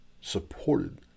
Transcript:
supported